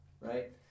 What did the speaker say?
right